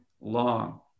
long